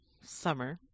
Summer